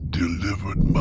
delivered